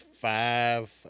five